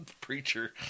Preacher